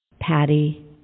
Patty